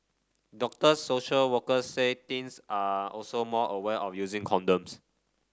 doctor social workers say teens are also more aware of using condoms